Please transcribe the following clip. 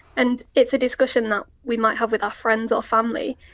and it's a discussion that we might have with our friends or family.